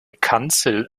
kanzel